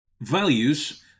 values